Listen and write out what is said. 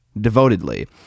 devotedly